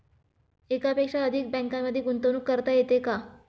एकापेक्षा अधिक बँकांमध्ये गुंतवणूक करता येते का?